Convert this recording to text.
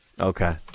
Okay